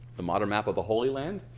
the modern map of the holy land.